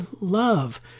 love